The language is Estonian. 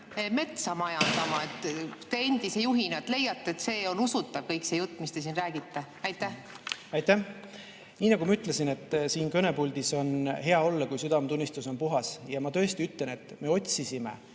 metsa majandama? Kas te endise juhina leiate, et on usutav kõik see jutt, mis te siin räägite? Aitäh! Nii nagu ma ütlesin, siin kõnepuldis on hea olla, kui südametunnistus on puhas. Ma tõesti ütlen, et me otsisime